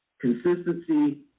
Consistency